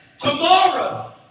Tomorrow